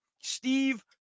Steve